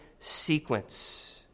sequence